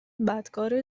بدکاره